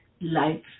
life